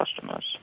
customers